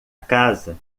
casa